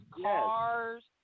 cars